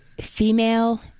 female